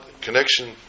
connection